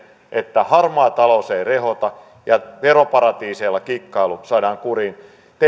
että harmaa talous ei rehota ja veroparatiiseilla kikkailu saadaan kuriin kun